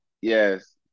Yes